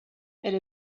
elle